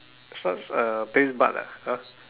such uh taste buds ah !huh!